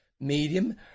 medium